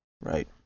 Right